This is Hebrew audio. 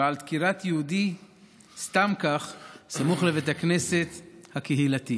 ועל דקירת יהודי סתם כך סמוך לבית הכנסת הקהילתי.